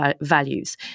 values